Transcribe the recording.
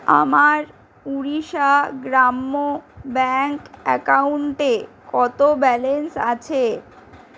আমার ওড়িশা গ্রাম্য ব্যাঙ্ক অ্যাকাউন্টে কত ব্যালেন্স আছে